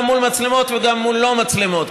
גם מול מצלמות וגם לא מול מצלמות,